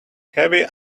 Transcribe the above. heavy